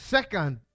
Second